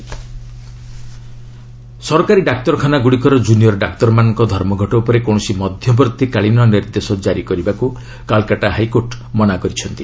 Calcutta high court ସରକାରୀ ଡାକ୍ତରୀଖାନାଗୁଡ଼ିକର junior ଡାକ୍ତରମାନଙ୍କ ଧର୍ମଘଟ ଉପରେ କୌଣସି ମଧ୍ୟବର୍ତ୍ତୀକାଳୀନ ନିର୍ଦ୍ଦେଶ ଜାରି କରିବାକୁ କାଲକାଟା ହାଇକୋର୍ଟ୍ ମନା କରିଛନ୍ତି